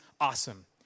awesome